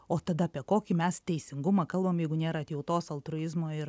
o tada apie kokį mes teisingumą kalbam jeigu nėra atjautos altruizmo ir